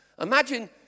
Imagine